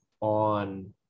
on